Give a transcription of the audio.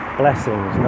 blessings